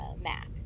Mac